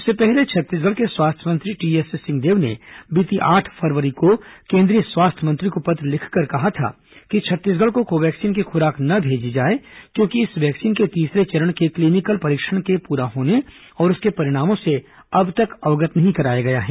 इससे पहले छत्तीसगढ़ के स्वास्थ्य मंत्री टीएस सिंहदेव ने बीती आठ फरवरी को केंद्रीय स्वास्थ्य मंत्री को पत्र लिखकर कहा था कि छत्तीसगढ़ को कोवैक्सीन की खुराक न भेजी जाए क्योंकि इस वैक्सीन के तीसरे चरण के क्लीनिकल परीक्षण के पूरा होने और उसके परिणामों से अब तक अवगत नहीं कराया गया है